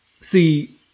see